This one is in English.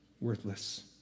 worthless